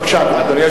בבקשה, אדוני.